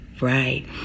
Right